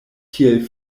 tiel